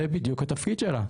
זה בדיוק התפקיד שלה,